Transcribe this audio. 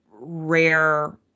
rare